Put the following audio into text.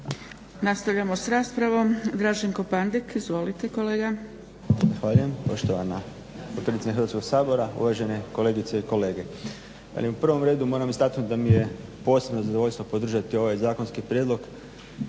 Nastavljamo sa raspravom Draženko Pandek. Izvolite kolega. **Pandek, Draženko (SDP)** Hvala poštovana potpredsjednice Hrvatskog sabora. Uvažene kolegice i kolege. U prvom redu moram istaknuti da mi je posebno zadovoljstvo podržati ovaj zakonski prijedlog